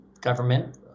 government